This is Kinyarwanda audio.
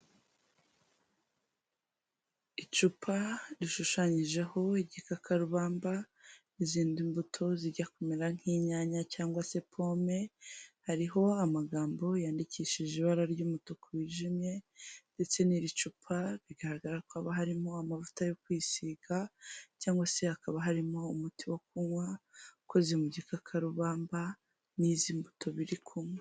Icupa rishushanyijeho igikakarubamba n'izindi mbuto zijya kumera nk'inyanya cyangwag se pome, hariho amagambo yandikishije ibara ry'umutuku wijimye ndetse n'iri cupa bigaragara ko harimo amavuta yo kwisiga cyangwa se hakaba harimo umuti wo kunywa, ukoze mu gikakarubamba n'izi mbuto biri kumwe.